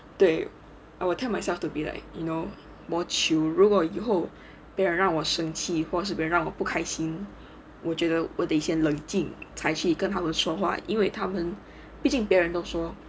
对 I will tell myself to be like you know more chill 如果以后朋友让我生气或是别人让我不开心我觉得我得先冷静才去跟他们说话因为他们毕竟别人都说